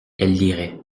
lirait